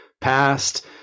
past